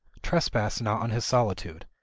trespass not on his solitude.